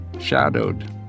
shadowed